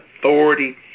authority